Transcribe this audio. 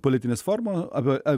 politines formą apie